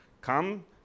come